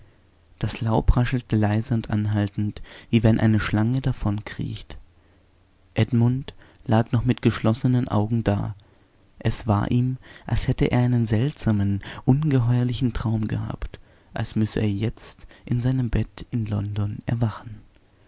das laub raschelte leise und anhaltend wie wenn eine schlange davonkriecht edmund lag noch mit geschlossenen augen da es war ihm als hätte er einen seltsamen ungeheuerlichen traum gehabt als müsse er jetzt in seinem bett in london erwachen